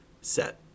set